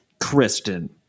Kristen